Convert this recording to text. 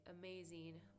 amazing